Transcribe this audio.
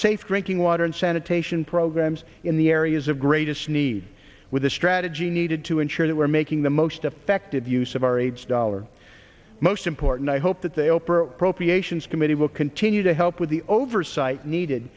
safe drinking water and sanitation programs in the areas of greatest need with the strategy needed to ensure that we're making the most effective use burrage dollar most important i hope that the oprah appropriations committee will continue to help with the oversight needed